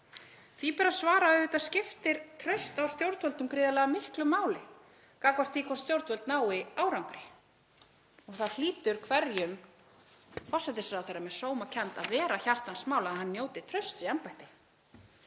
Því ber að svara að auðvitað skiptir traust á stjórnvöldum gríðarlega miklu máli gagnvart því hvort stjórnvöld nái árangri. Það hlýtur hverjum forsætisráðherra með sómakennd að vera hjartans mál að hann njóti trausts í embætti.